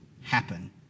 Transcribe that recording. happen